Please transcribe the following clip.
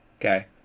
okay